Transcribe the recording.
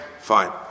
Fine